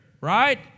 Right